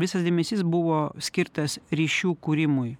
visas dėmesys buvo skirtas ryšių kūrimui